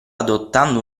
adottando